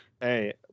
Hey